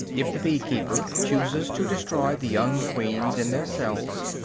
if the bee-keeper chooses to destroy the young queens in their cells,